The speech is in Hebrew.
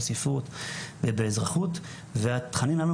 בספרות ובאזרחות והתכנים הללו